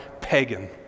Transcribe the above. pagan